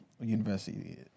university